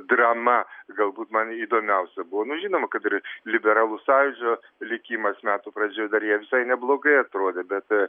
drama galbūt man įdomiausia buvo nu žinoma kad ir liberalų sąjūdžio likimas metų pradžioje dar jie visai neblogai atrodė bet